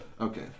Okay